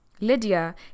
Lydia